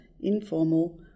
informal